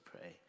pray